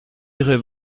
irez